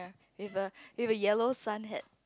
with a with a yellow sun hat